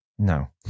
No